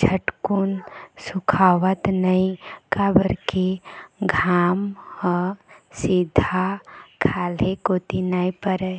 झटकुन सुखावय नइ काबर के घाम ह सीधा खाल्हे कोती नइ परय